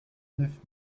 neuf